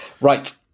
Right